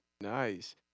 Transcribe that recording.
Nice